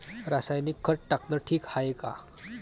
रासायनिक खत टाकनं ठीक हाये का?